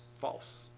false